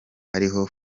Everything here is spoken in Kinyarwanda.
ariho